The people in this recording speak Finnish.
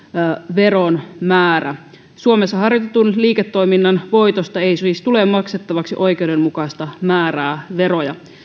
veron määrä suomessa harjoitetun liiketoiminnan voitosta ei siis tule maksettavaksi oikeudenmukaista määrää veroja